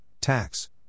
tax